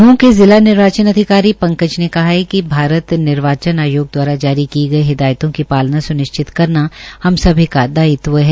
नूहं के जिला निर्वाचन अधिकारी पंकज ने कहा कि भारत निर्वाचन आयोग द्वारा जारी की गई हिदायतों की पालना स्निश्चत करना हम सभी का दायित्व है